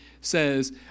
says